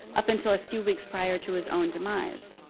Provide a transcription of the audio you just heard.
up until a few weeks prior to his own demise.